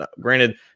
granted